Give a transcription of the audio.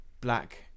black